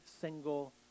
single